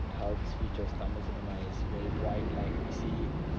how the speeches tamil is very bright like you see